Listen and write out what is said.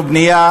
ביניים?